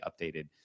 updated